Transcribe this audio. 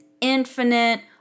infinite